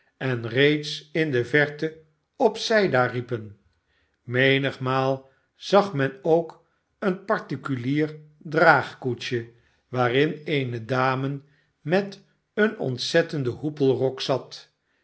en reeds in de verte op zij daar riepen menigmaal zag men ook een particulier draagkoetsje waarin eene dame met een ontzettenden hoepelrok zat